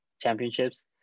championships